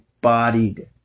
bodied